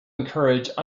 encourage